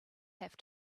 have